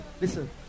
Listen